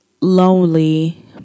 lonely